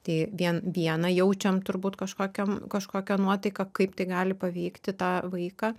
tai vien vieną jaučiam turbūt kažkokiam kažkokią nuotaiką kaip tai gali paveikti tą vaiką